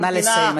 נא לסיים,